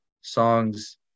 songs